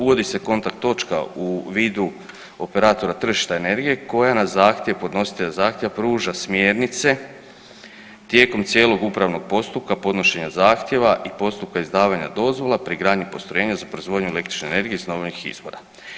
Uvodi se kontakt točka uvidu operatora tržišta energije koja na zahtjev podnositelja zahtjeva pruža smjernice tijekom cijelog upravnog postupka podnošenja zahtjeva i postupka izdavanja dozvola pri gradnji postrojenja za proizvodnju električne energije iz obnovljivih izvora.